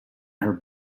her